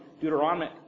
Deuteronomy